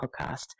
podcast